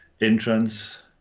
entrance